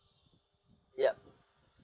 yup